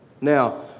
Now